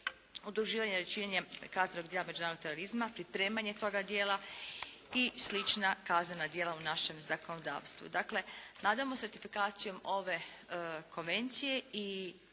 udruživanje ili činjenje kaznenog djela međunarodnog terorizma, pripremanje toga dijela i slična kaznena djela u našem zakonodavstvu. Dakle, nadamo se ratifikacijom ove konvencije